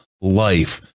life